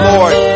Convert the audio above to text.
Lord